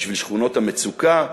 בשביל שכונות המצוקה,